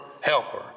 helper